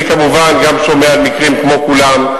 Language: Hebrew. אני כמובן גם שומע מקרים, כמו כולם.